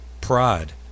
pride